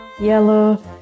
yellow